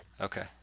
Okay